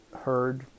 heard